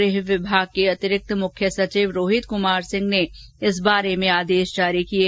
गृह विभाग के अतिरिक्त मुख्य सचिव रोहित कुमार सिंह ने आज इस बारे में आदेश जारी किये